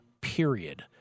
period